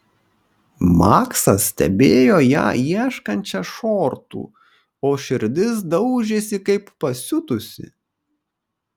maksas stebėjo ją ieškančią šortų o širdis daužėsi kaip pasiutusi